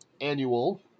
annual